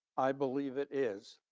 i believe it is.